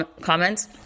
comments